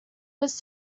was